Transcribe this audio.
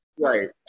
right